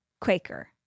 Quaker